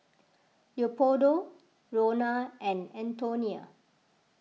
Leopoldo Ronna and Anthoney